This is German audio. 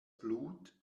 blut